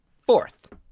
Fourth